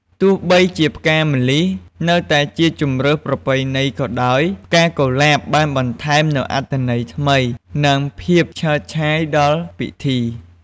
ទោះបីជាផ្កាម្លិះនៅតែជាជម្រើសប្រពៃណីក៏ដោយ ផ្កាកុលាបបានបន្ថែមនូវអត្ថន័យថ្មី និងភាពឆើតឆាយដល់ពិធី។